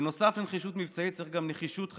בנוסף לנחישות מבצעית, צריך גם נחישות חקיקתית.